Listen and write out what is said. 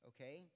Okay